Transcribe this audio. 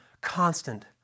constant